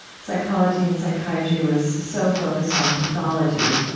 psychology and psychiatry was so focused on pathology.